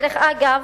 דרך אגב,